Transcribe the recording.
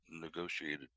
negotiated